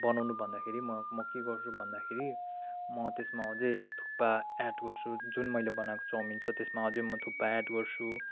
बनाउँनु भन्दाखेरि म म के गर्छु भन्दाखेरि म त्यसमा अझै थुक्पा एड गर्छु जुन मैले बनाएको चाउमिन छ त्यसमा अझै म थुक्पा एड गर्छु